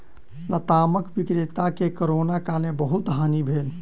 लतामक विक्रेता के कोरोना काल में बहुत हानि भेल